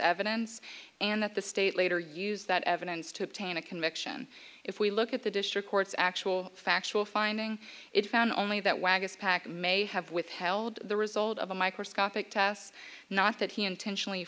evidence and that the state later used that evidence to obtain a conviction if we look at the district court's actual factual finding it found only that waguespack may have withheld the result of a microscopic test not that he intentionally